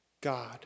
God